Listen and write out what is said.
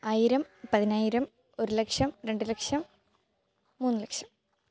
ആയിരം പതിനായിരം ഒരു ലക്ഷം രണ്ടു ലക്ഷം മൂന്ന് ലക്ഷം